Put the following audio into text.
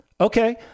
Okay